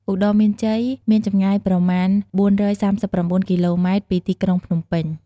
ឧត្តរមានជ័យមានចម្ងាយប្រមាណ ៤៣៩ គីឡូម៉ែត្រពីទីក្រុងភ្នំពេញ។